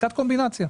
עסקת קומבינציה.